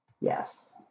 Yes